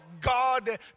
god